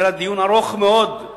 דיון ארוך מאוד על